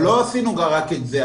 אבל לא עשינו רק את זה,